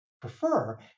prefer